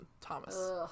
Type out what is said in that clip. Thomas